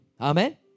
Amen